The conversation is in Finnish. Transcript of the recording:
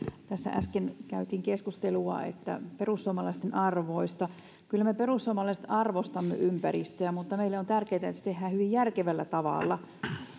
tässä äsken oli keskustelua perussuomalaisten arvoista kyllä me perussuomalaiset arvostamme ympäristöä mutta meille on tärkeätä että se tehdään hyvin järkevällä tavalla